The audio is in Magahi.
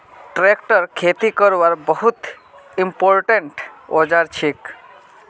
ट्रैक्टर खेती करवार बहुत इंपोर्टेंट औजार छिके